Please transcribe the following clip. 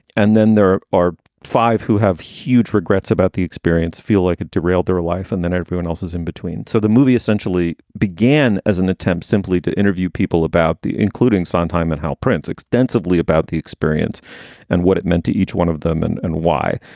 and then there are five who have huge regrets about the experience, feel like it derailed their life and then everyone else's in between. so the movie essentially began as an attempt simply to interview people about the including sondheim and how prince extensively about the experience and what it meant to each one of them and and why